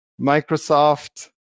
Microsoft